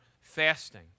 fasting